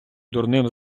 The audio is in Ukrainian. дурним